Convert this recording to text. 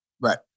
Right